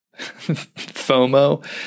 FOMO